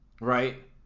right